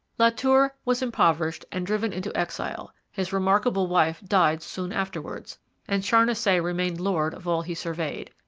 la tour was impoverished and driven into exile his remarkable wife died soon afterwards and charnisay remained lord of all he surveyed.